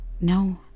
No